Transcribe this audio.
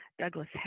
Douglas